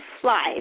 fly